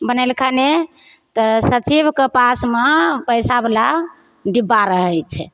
बनेलखिन तऽ सचिवके पासमे पइसावला डिब्बा रहै छै